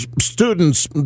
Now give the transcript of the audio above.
students